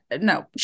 No